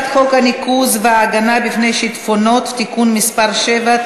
הצעת חוק הניקוז וההגנה מפני שיטפונות (תיקון מס' 7),